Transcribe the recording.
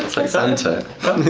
like santa.